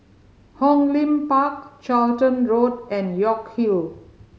Hong Lim Park Charlton Road and York Hill